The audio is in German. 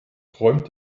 träumt